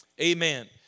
Amen